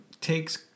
takes